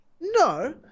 No